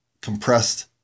compressed